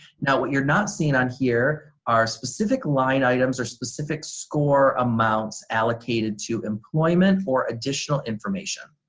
now what you're not seeing on here are specific line items or specific score amounts allocated to employment or additional information.